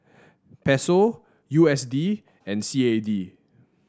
Peso U S D and C A D